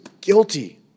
guilty